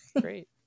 Great